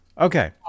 Okay